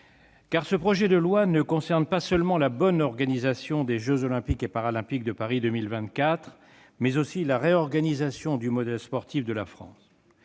Ce projet de loi a pour objet, non seulement la bonne organisation des jeux Olympiques et Paralympiques de Paris 2024, mais aussi la réorganisation du modèle sportif de la France.